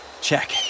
Check